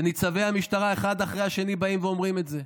וניצבי המשטרה אחד אחרי השני באים ואומרים את זה.